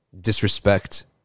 disrespect